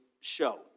show